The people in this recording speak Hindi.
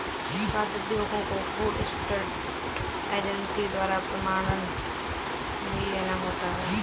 खाद्य उद्योगों को फूड स्टैंडर्ड एजेंसी द्वारा प्रमाणन भी लेना होता है